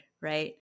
right